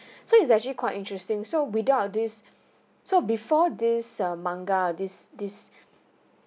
so it's actually quite interesting so without this so before this err manga this this